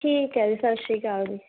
ਠੀਕ ਹੈ ਜੀ ਸਤਿ ਸ਼੍ਰੀ ਅਕਾਲ ਜੀ